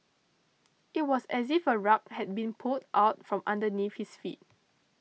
it was as if a rug had been pulled out from underneath his feet